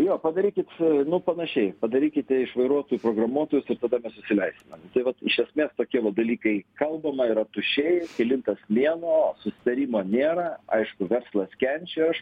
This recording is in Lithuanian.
jo padarykit nu panašiai padarykite iš vairuotojų programuotojus visada susireikšminam tai vat iš esmės tokie va dalykai kalbama yra tuščiai kelintas mėnuo susitarimo nėra aišku verslas kenčia aš